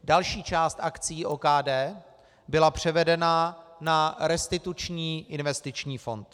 Další část akcií OKD byla převedena na Restituční investiční fond.